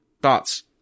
Thoughts